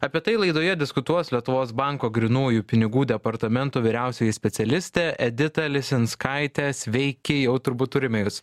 apie tai laidoje diskutuos lietuvos banko grynųjų pinigų departamento vyriausioji specialistė edita lisinskaitė sveiki jau turbūt turime juos